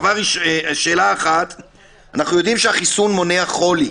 אנחנו יודעים שהחיסון מונע חולי.